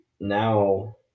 now –